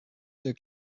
der